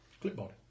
Clipboard